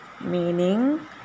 meaning